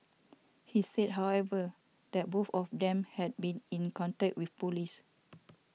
he said however that both of them had been in contact with police